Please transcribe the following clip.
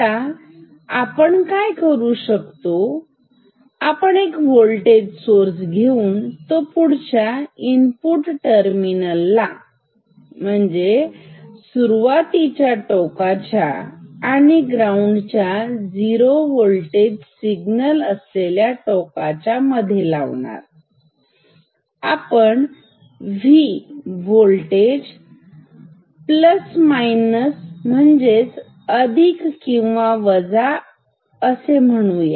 आता आपण काय करू शकतो आपण एक होल्टेज सोर्स घेऊन तो पुढच्या इनपुट टर्मिनल सुरुवातीच्या टोकाच्या आणि ग्राऊंडच्या झीरो होल्टेज सिग्नल असलेल्या टोकाच्या मध्ये लावणार त्याला आपण V होल्टेज प्लस मायनस अधिक आणि वजा म्हणूया